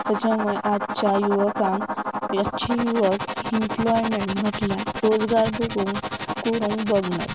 तेच्या मुळे आजच्या युवकांक ह्याची युवक इमप्लॉयमेंट म्हटल्यार रोजगार बगूंक करूंक बगनन